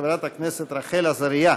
חברת הכנסת רחל עזריה.